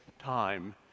time